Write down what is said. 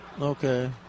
Okay